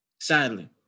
Sadly